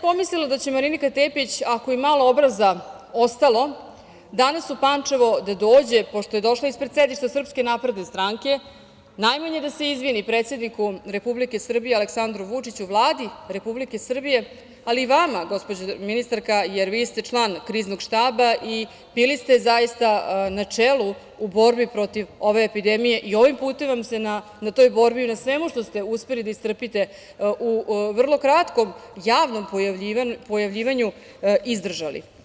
Pomislila sam da će Marinika Tepić ako je i malo obraza ostalo, danas u Pančevo da dođe, pošto je došla ispred sedišta SNS, najmanje da se izvini predsedniku Republike Srbije Aleksandru Vučiću, Vladi Republike Srbije, ali i vama gospođo ministarka, jer vi ste član Kriznog štaba i bili ste zaista na čelu u borbi protiv ove epidemije i ovim putem vam se na toj borbi i na svemu što ste uspeli da istrpite u vrlo kratkom javnom pojavljivanju izdržali.